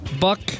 Buck